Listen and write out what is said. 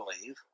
believe